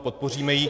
Podpoříme ji.